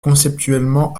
conceptuellement